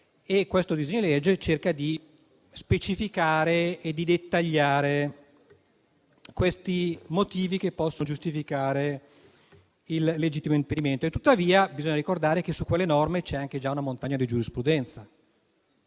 in discussione cerca di specificare e di dettagliare i motivi che possono giustificare il legittimo impedimento. Bisogna tuttavia ricordare che su quelle norme c'è già una montagna di giurisprudenza.